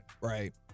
Right